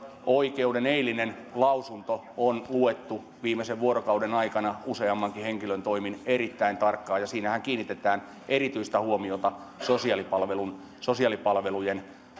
oikeuden eilinen lausunto on luettu viimeisen vuorokauden aikana useammankin henkilön toimesta erittäin tarkkaan ja siinähän kiinnitetään erityistä huomiota sosiaalipalvelujen sosiaalipalvelujen